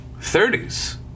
30s